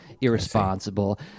irresponsible